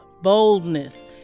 boldness